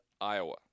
Iowa